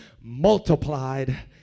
Multiplied